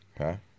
Okay